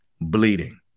bleeding